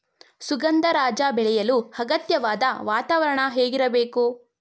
ಸುಗಂಧರಾಜ ಬೆಳೆಯಲು ಅಗತ್ಯವಾದ ವಾತಾವರಣ ಹೇಗಿರಬೇಕು?